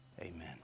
amen